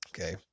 Okay